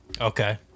Okay